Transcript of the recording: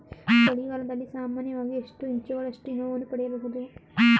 ಚಳಿಗಾಲದಲ್ಲಿ ಸಾಮಾನ್ಯವಾಗಿ ಎಷ್ಟು ಇಂಚುಗಳಷ್ಟು ಹಿಮವನ್ನು ಪಡೆಯಬಹುದು?